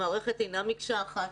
המערכת אינה מקשה אחת,